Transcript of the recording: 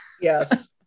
yes